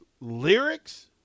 lyrics